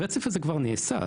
הרצף הזה כבר נעשה,